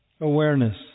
awareness